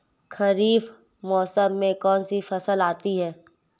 खरीफ मौसम में कौनसी फसल आती हैं?